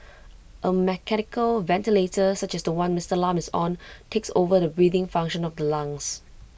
A mechanical ventilator such as The One Mister Lam is on takes over the breathing function of the lungs